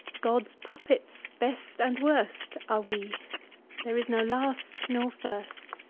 god's puppets, best and worst, are we there is no last nor first.